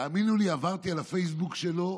תאמינו לי, עברתי על הפייסבוק שלו,